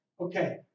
okay